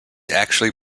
actually